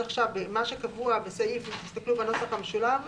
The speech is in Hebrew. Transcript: אם תסתכלו בנוסח המשולב,